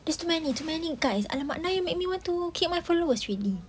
there's too many too many guys !alamak! now you make me want to kick my followers already